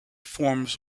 forms